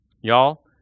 Y'all